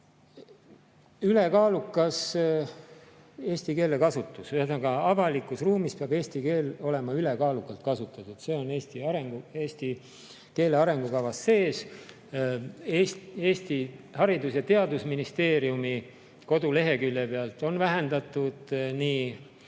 Ülekaalukas eesti keele kasutus, ühesõnaga, avalikus ruumis peab eesti keel olema ülekaalukalt kasutatud, see on eesti keele arengukavas sees. Eesti Haridus‑ ja Teadusministeeriumi koduleheküljel on vähendatud nii